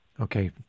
Okay